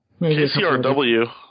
KCRW